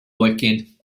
awakened